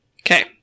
Okay